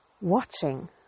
watching